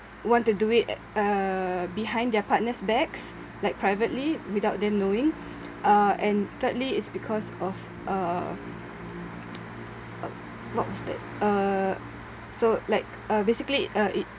want to do it uh behind their partners' backs like privately without them knowing uh and thirdly is because of uh uh what was that uh so like uh basically uh it